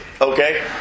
Okay